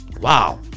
Wow